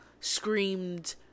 screamed